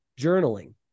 journaling